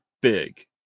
big